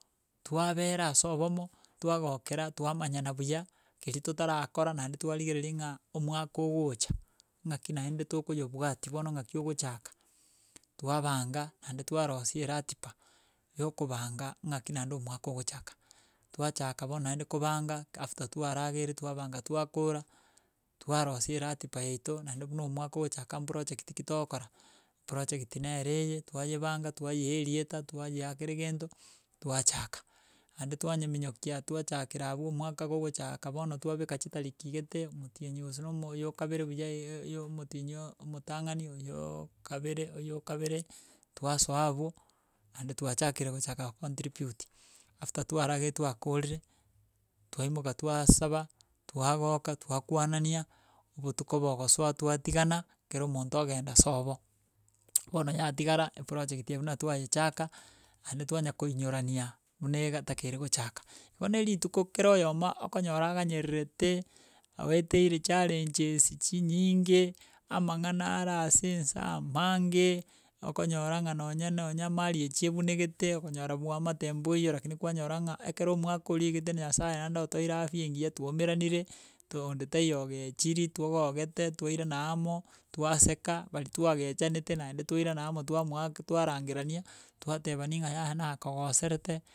Twabera ase obomo, twagokera twamanyana buya, keri totarakora naende twarigereria ng'a omwaka ogocha ng'aki naende tokoyebwati bono ng'aki ogochaka twabanga, naende twarosia eratiba, ya okobanga ng'aki naende omwaka ogochaka. Twachaka bono naende kobanga after twarageire twabanga twakora, twarosia eratiba yaito naende buna omwaka ogochaka purochegti ki togokora prochegiti nere eye twayebanga twayea erieta twayea kera egento twachaka, naende twanyeminyokia twachakera abwo omwaka gogochaka bono twabeka chitariki gete, omotienyi gose na omo oyo kabere buya iga ya omotienyi omotang'ani oyooo kabere oyo kabere, twasoa abwo naende twachakire gochaka kocontribute. After twarageire twakorire, twaimoka twasaba, twagoka twakwanania obotuko bogosoa twatigana kera omonto ogenda sobo bono yatigara eprochegti eye buna twayechaka, naende twanya koinyorania buna egatakeria gochaka. Igo na erituko kera oyomo okonyora aganyererete, aoeteire charenges chinyinge amang'ana are ase ense amaange okonyora ng'a nonye nonya marriage ebunekete, ogonyora bwaamate mboiyo rakini kwanyora ng'a, ekero omwaka oria oigete na nyasae naende otoire afya enginya twaumeranire, to onde taiyo ogechiri, togogete twairana amo, twaseka baria twagechanete naende twairana amo twamoaka twarangerania twateba ning'a yaya nakogoserete.